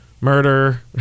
murder